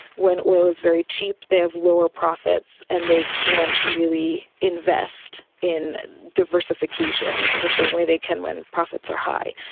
when oil is very cheap they have lower profits and they can't really invest in diversification the same way they can when profits are high.